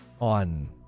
on